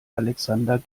alexander